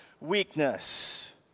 weakness